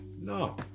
No